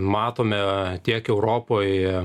matome tiek europoj